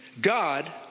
God